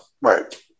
right